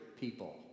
people